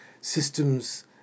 systems